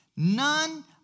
None